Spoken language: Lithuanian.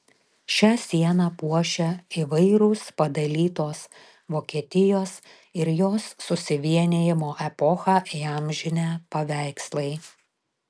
šią sieną puošia įvairūs padalytos vokietijos ir jos susivienijimo epochą įamžinę paveikslai